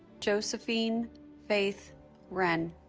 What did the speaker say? josephine faith renn